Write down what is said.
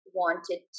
wanted